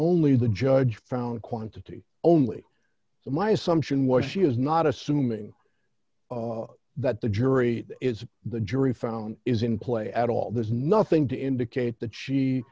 only the judge found quantity only my assumption was she is not assuming that the jury is the jury found is in play at all there's nothing to indicate that she